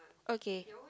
okay